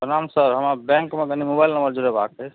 प्रणाम सर हमर बैंकमे कनि मोबाइल नम्बर जुड़बेबाक अछि